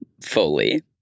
fully